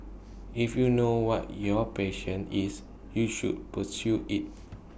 if you know what your patient is you should pursue IT